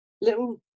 little